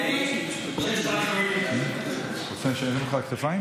הריני להודיע כי ביום י"ח באייר התשפ"ג,